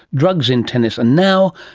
drugs in tennis, and now,